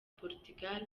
portugal